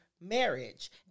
marriage